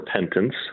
repentance